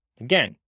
Again